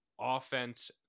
offense